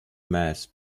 mass